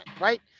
right